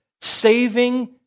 saving